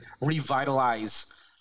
revitalize